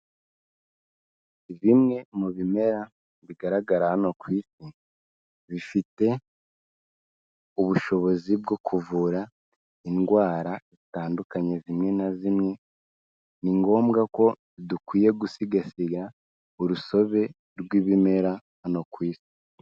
Bimwe mu bimera bigaragara hano ku isi bifite ubushobozi bwo kuvura indwara zitandukanye zimwe na zimwe, ni ngombwa ko dukwiye gusigasira urusobe rw'ibimera hano ku isi.